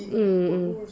mm